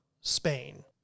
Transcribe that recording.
Spain